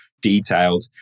detailed